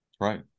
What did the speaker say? right